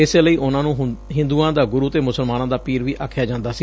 ਇਸੇ ਲਈ ਉਨਾਂ ਨੂੰ ਹਿੰਦੁਆਂ ਦਾ ਗੁਰੁ ਤੇ ਮੁਸਲਮਾਨਾਂ ਦਾ ਪੀਰ ਵੀ ਆਖਿਆ ਜਾਂਦਾ ਸੀ